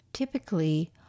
Typically